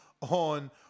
on